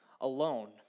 alone